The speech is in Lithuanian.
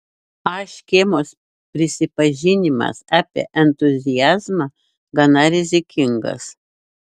a škėmos prisipažinimas apie entuziazmą gana rizikingas